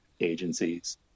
agencies